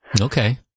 Okay